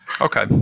Okay